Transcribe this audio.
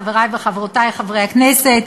חברי וחברותי חברי הכנסת,